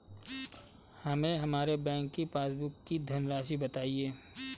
हमें हमारे बैंक की पासबुक की धन राशि बताइए